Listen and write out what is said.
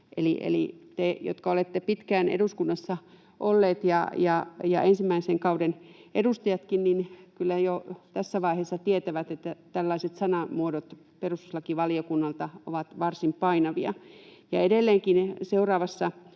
te, jotka olette pitkään eduskunnassa olleet, ja ensimmäisen kauden edustajatkin kyllä jo tässä vaiheessa tietävät, että tällaiset sanamuodot perustuslakivaliokunnalta ovat varsin painavia. Edelleen seuraavassa